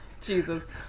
Jesus